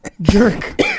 Jerk